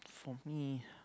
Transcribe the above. for me